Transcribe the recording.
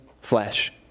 flesh